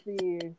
see